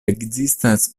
ekzistas